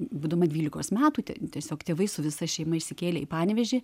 būdama dvylikos metų ten tiesiog tėvai su visa šeima išsikėlė į panevėžį